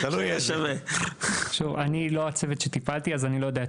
אני לא הצוות שטיפל אז אני לא יודע את